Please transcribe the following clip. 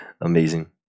amazing